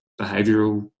behavioural